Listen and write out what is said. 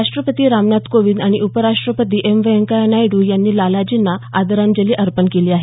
राष्टपती रामनाथ कोविंद आणि उपराष्टपती एम व्यंकय्या नायड्र यांनी लालाजींना आदरांजली अर्पण केली आहे